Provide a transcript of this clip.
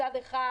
מצד אחד,